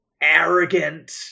arrogant